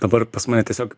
dabar pas mane tiesiog